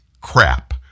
crap